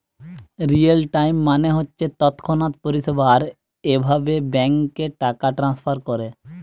real time মানে হচ্ছে তৎক্ষণাৎ পরিষেবা আর এভাবে ব্যাংকে টাকা ট্রাস্নফার কোরে